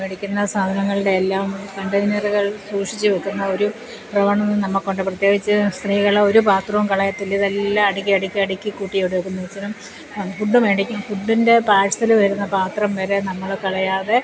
മേടിക്കുന്ന സാധനങ്ങളുടെ എല്ലാം കണ്ടൈനറുകൾ സൂക്ഷിച്ചു വയ്ക്കുന്ന ഒരു പ്രവണത നമ്മൾക്കുണ്ട് പ്രത്യേകിച്ചു സ്ത്രീകൾ ഒരു പാത്രവും കളയത്തില്ല ഇതെല്ലാം അടുക്കി അടുക്കി അടുക്കി കൂട്ടി എവിടെ എങ്കിലും ഫുഡ് മേടിക്കും ഫുഡിൻ്റെ പാർസല് വരുന്ന പാത്രം വരെ നമ്മൾ കളയാതെ